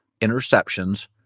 interceptions